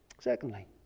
Secondly